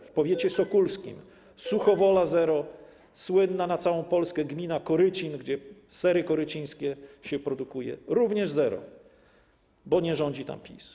W powiecie sokólskim: Suchowola - zero, słynna na całą Polskę gmina Korycin, gdzie sery korycińskie się produkuje - również zero, bo nie rządzi tam PiS.